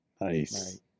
Nice